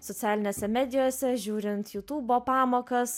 socialinėse medijose žiūrint jutubo pamokas